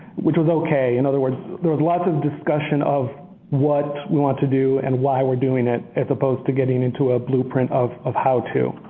which was okay. in other words, there was lots of discussion of what we want to do and why we're doing it as opposed to getting into a blueprint of of how to.